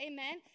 Amen